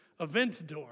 Aventador